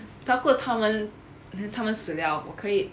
照顾它们 then 它们死了我可以